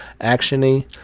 action-y